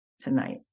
tonight